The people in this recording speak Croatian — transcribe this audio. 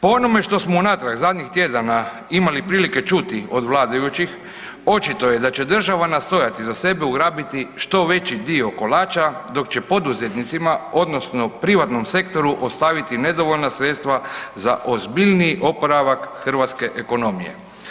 Po onome što smo unatrag zadnjih tjedana imali prilike čuti od vladajućih, očito je da će država nastojati za sebe ugrabiti što veći dio kolača dok će poduzetnicima odnosno privatnom sektoru ostaviti nedovoljna sredstva za ozbiljniji oporavak hrvatske ekonomije.